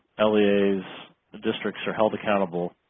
lea's, the districts are held accountable